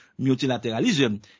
multilateralism